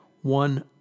one